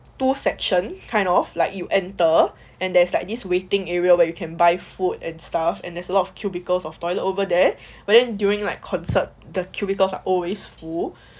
two section kind of like you enter and there's like this waiting area where you can buy food and stuff and there's a lot of cubicles of toilet over there but then during like concert the cubicles are always full